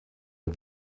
der